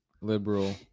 liberal